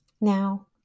now